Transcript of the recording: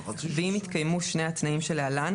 ואם התקיימו שני התנאים שלהלן,